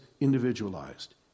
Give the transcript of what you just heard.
individualized